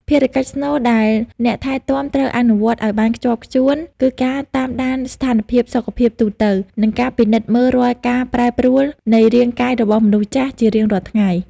ភារកិច្ចស្នូលដែលអ្នកថែទាំត្រូវអនុវត្តឱ្យបានខ្ជាប់ខ្ជួន គឺការតាមដានស្ថានភាពសុខភាពទូទៅ និងការពិនិត្យមើលរាល់ការប្រែប្រួលនៃរាងកាយរបស់មនុស្សចាស់ជារៀងរាល់ថ្ងៃ។